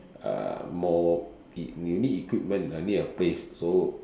uh more y~ you need equipment I need a place so